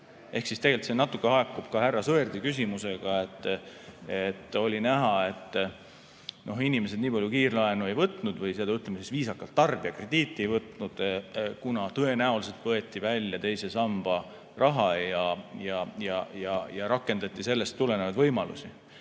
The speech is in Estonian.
Ehk see tegelikult natuke haakub ka härra Sõerdi küsimusega. Oli näha, et inimesed nii palju kiirlaenu ei võtnud, või ütleme siis viisakalt, tarbijakrediiti ei võtnud, kuna tõenäoliselt võeti välja teise samba raha ja rakendati sellest tulenevaid võimalusi.